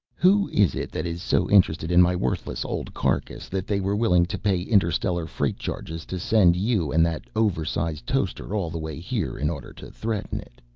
who is it that is so interested in my worthless old carcass that they were willing to pay interstellar freight charges to send you and that oversize toaster all the way here in order to threaten it?